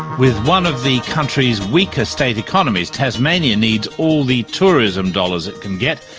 with one of the country's weaker state economies, tasmania needs all the tourism dollars it can get,